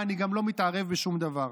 ואני גם לא מתערב בשום דבר.